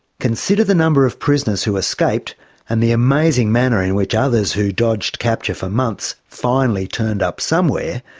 consider the number of prisoners who escaped and the amazing manner in which others who dodged capture for months, finally turned up somewhere,